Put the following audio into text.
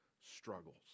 struggles